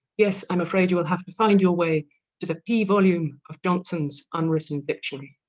yes i'm afraid you will have to find your way to the p volume of johnson's unwritten victory